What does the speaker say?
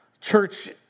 church